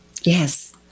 Yes